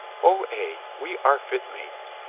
o, ay, we are fit mates.